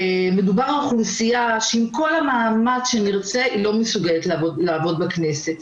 מדובר על אוכלוסייה שעם כל המאמץ שנרצה היא לא מסוגלת לעבוד בכנסת.